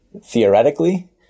Theoretically